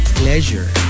pleasure